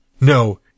No